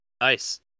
nice